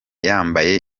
yambaye